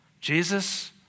Jesus